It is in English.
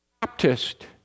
Baptist